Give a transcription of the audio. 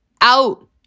out